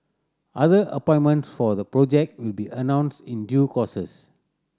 other appointments for the project will be announced in due courses